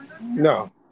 No